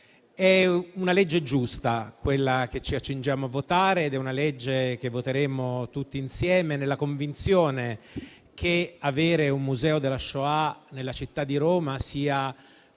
È una legge giusta, quella che ci accingiamo a votare, ed è una legge che voteremo tutti insieme, nella convinzione che avere un museo della Shoah nella città di Roma sia un